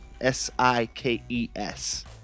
S-I-K-E-S